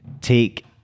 take